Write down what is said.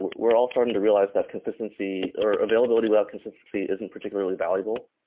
we're all starting to realize that consistency or availability without consistency isn't particularly valuable,